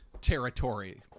territory